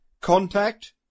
Contact